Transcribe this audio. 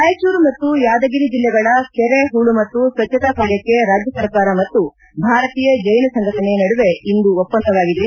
ರಾಯಚೂರು ಮತ್ತು ಯಾದಗಿರಿ ಜಿಲ್ಲೆಗಳ ಕೆರೆ ಹೂಳು ಮತ್ತು ಸ್ವಚ್ಚತ ಕಾರ್ಯಕ್ಕೆ ರಾಜ್ಯ ಸರ್ಕಾರ ಮತ್ತು ಭಾರತೀಯ ಜೈನ್ ಸಂಘಟನೆ ನಡುವೆ ಇಂದು ಒಪ್ಪಂದವಾಗಿದೆ